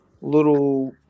little